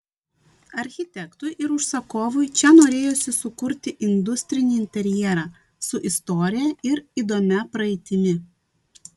architektui ir užsakovui čia norėjosi sukurti industrinį interjerą su istorija ir įdomia praeitimi